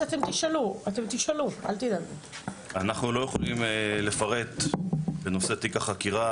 אנחנו לא יכולים לפרט בנושא תיק החקירה,